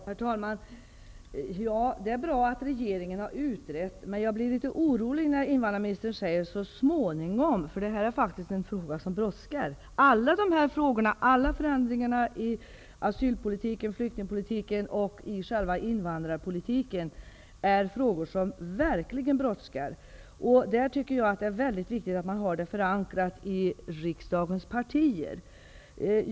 Herr talman! Det är bra att regeringen har utrett, men jag blev litet orolig när invandrarministern använde uttrycket ''så småningom'', eftersom detta är en fråga som brådskar. Alla frågor om förändringar i asylpolitiken, flyktingpolitiken och invandrarpolitiken brådskar verkligen. Därför är det väldigt viktigt att man förankrar dessa frågor hos riksdagens partier.